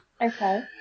Okay